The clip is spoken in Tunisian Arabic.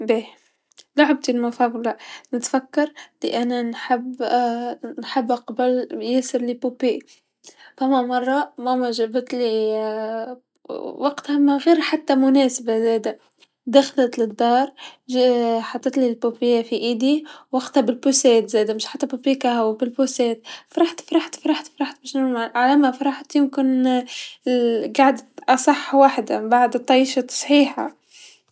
باه لعحبتي مفضله نتفكر لأنا نحب نحب قبل و ياسر البوبيات، فما مرا ماما جابتلي وقتها من غيرها مناسبه زادا، دخلت للدار حطتلي البوبيا في يدي و قتها بالبوسات مش حتى البيكاو بالبوسات، فرحت فرحت على ما فرحت يمكن لقعدت أصح وحدا، منبعد طيشت صحيحه